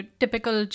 typical